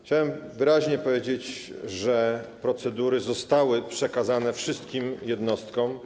Chciałem wyraźnie powiedzieć, że procedury zostały przekazane wszystkim jednostkom